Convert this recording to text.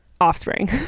offspring